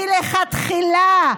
מלכתחילה,